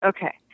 Okay